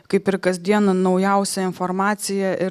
kaip ir kasdieną naujausią informaciją ir